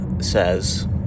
says